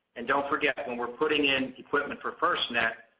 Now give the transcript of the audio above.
and don't forget when we're putting in equipment for firstnet,